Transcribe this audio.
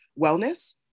wellness